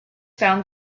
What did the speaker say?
found